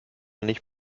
nicht